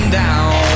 down